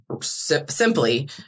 simply